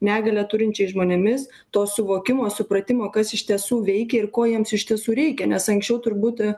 negalią turinčiais žmonėmis to suvokimo supratimo kas iš tiesų veikia ir ko jiems iš tiesų reikia nes anksčiau turbūt